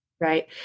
Right